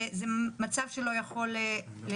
זה מצב שלא יכול להמשיך.